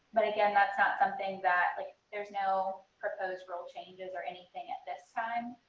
but, again, that's not something that like there's no proposed rule changes or anything at this time